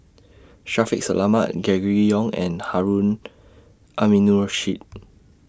Shaffiq Selamat Gregory Yong and Harun Aminurrashid